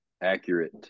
accurate